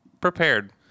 Prepared